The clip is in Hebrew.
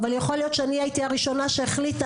יכול להיות שאני הייתי הראשונה שהחליטה